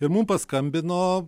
ir mum paskambino